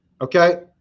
Okay